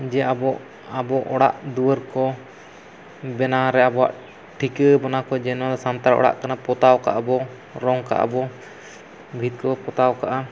ᱡᱮ ᱟᱵᱚ ᱟᱵᱚ ᱚᱲᱟᱜᱼᱫᱩᱭᱟᱹᱨᱠᱚ ᱵᱮᱱᱟᱣᱨᱮ ᱟᱵᱚᱣᱟᱜ ᱴᱷᱤᱠᱟᱹ ᱵᱚᱱᱟ ᱠᱚ ᱡᱮ ᱱᱚᱣᱟᱫᱚ ᱥᱟᱱᱛᱟᱲ ᱚᱲᱟᱜ ᱠᱟᱱᱟ ᱯᱚᱛᱟᱣ ᱠᱟᱜᱼᱟ ᱵᱚ ᱨᱚᱝ ᱠᱟᱜᱼᱟ ᱵᱚ ᱵᱷᱤᱛ ᱠᱚᱵᱚ ᱯᱚᱛᱟᱣ ᱠᱟᱜᱼᱟ